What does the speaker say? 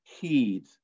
heed